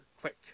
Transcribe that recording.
quick